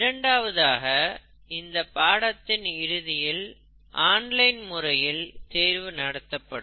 இரண்டாவதாக இந்தப் பாடத்தின் இறுதியில் ஆன்லைன் முறையில் தேர்வு நடத்தப்படும்